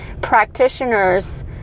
practitioners